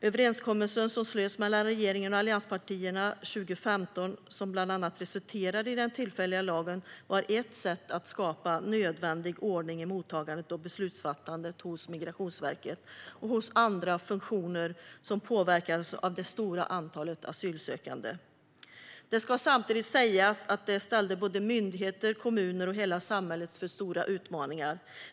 Överenskommelsen som slöts mellan regeringen och allianspartierna 2015, som bland annat resulterade i den tillfälliga lagen, var ett sätt att skapa nödvändig ordning i mottagandet och beslutsfattandet hos Migrationsverket och hos andra funktioner som påverkades av det stora antalet asylsökande. Det ska samtidigt sägas att det ställde myndigheter, kommuner och hela samhället inför stora utmaningar.